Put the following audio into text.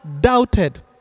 doubted